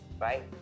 right